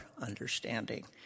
understanding